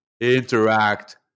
interact